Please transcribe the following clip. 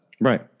Right